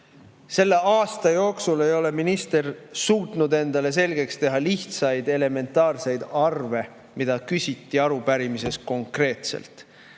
Selle aasta jooksul ei ole minister suutnud endale selgeks teha lihtsaid, elementaarseid arve, mida küsiti arupärimises konkreetselt.